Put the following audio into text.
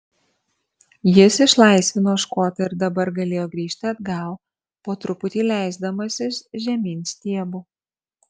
jis išlaisvino škotą ir dabar galėjo grįžti atgal po truputį leisdamasis žemyn stiebu